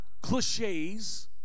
cliches